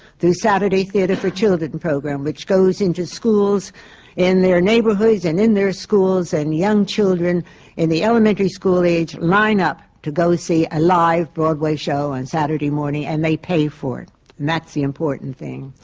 the saturday theatre for children program, which goes into schools in their neighborhoods and in their schools, and young children in the elementary school age line up to go see a live broadway show on saturday morning, and they pay for it. and that's the important thing.